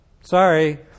Sorry